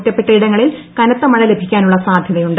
ഒറ്റപ്പെട്ടയിടങ്ങളിൽ കനത്ത മഴ ല്ലഭിക്കാനുള്ള സാധൃതയുണ്ട്